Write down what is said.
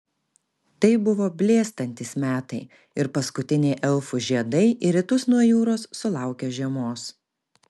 tai buvo blėstantys metai ir paskutiniai elfų žiedai į rytus nuo jūros sulaukė žiemos